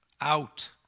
out